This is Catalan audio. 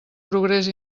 progrés